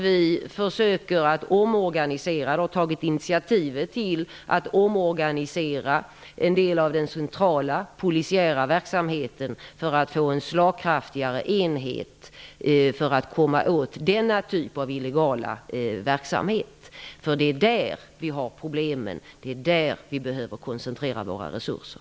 Vi har tagit initiativ till att omorganisera en del av den centrala polisiära verksamheten för att få en slagkraftigare enhet för att komma åt denna typ av illegal verksamhet. Det är där vi har problemen. Det är där vi behöver koncentrera våra resurser.